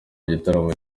gitaramo